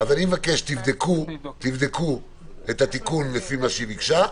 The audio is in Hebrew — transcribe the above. אני מבקש שתבדקו את התיקון לפי מה שהיא ביקשה,